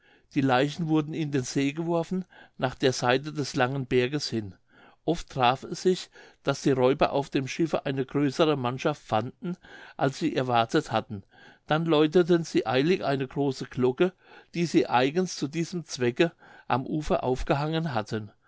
die leichen wurden in den see geworfen nach der seite des langen berges hin oft traf es sich daß die räuber auf dem schiffe eine größere mannschaft fanden als sie erwartet hatten dann läuteten sie eilig eine große glocke die sie eigends zu diesem zwecke am ufer aufgehangen hatten